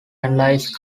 analyzed